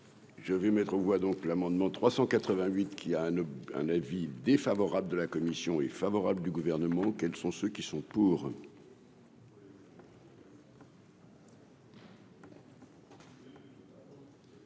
Je vais mettre aux voix, donc l'amendement 388 qui a un ne un avis défavorable de la commission est favorable du gouvernement, quels sont ceux qui sont pour.